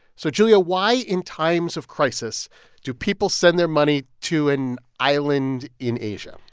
so julia, why in times of crisis do people send their money to an island in asia?